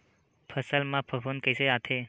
फसल मा फफूंद कइसे आथे?